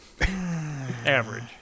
Average